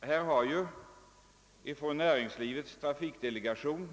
Här har från Näringslivets trafikdelegation